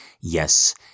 yes